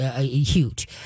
huge